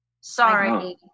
Sorry